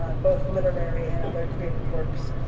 ah both literary and other creative works.